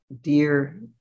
dear